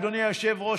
אדוני היושב-ראש,